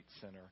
center